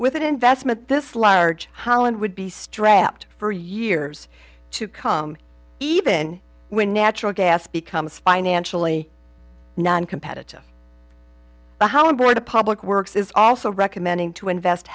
with an investment this large holland would be strapped for years to come even when natural gas becomes financially noncompetitive how about a public works is also recommending to invest